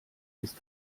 ist